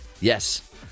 Yes